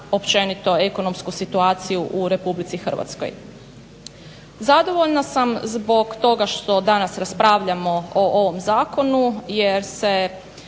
općenito ekonomsku situaciju u RH. Zadovoljna sam zbog toga što danas raspravljamo o ovom zakonu jer se